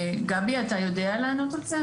גבי, אתה יודע לענות על זה?